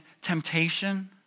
temptation